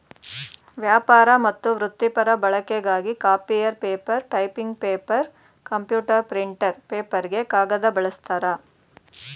ವ್ಯಾಪಾರ ಮತ್ತು ವೃತ್ತಿಪರ ಬಳಕೆಗಾಗಿ copier paper typing paper computer printer ಪೇಪರ್ಗೆ ಕಾಗದ ಬಳಸ್ತಾರೆ